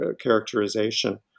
characterization